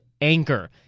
Anchor